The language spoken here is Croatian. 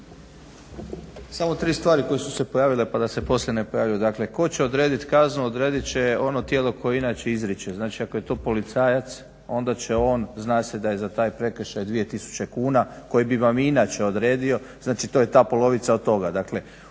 Samo tri stvari koje su se pojavile pa da se poslije ne pojavljuju. Dakle, tko će odredit kaznu odredit će ono tijelo koje je inače izriče. Znači ako je to policajac, onda će on, zna se da je za taj prekršaj 2000 kuna koji bi vam inače odredio, znači to je ta polovica od toga